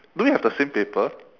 do we have the same paper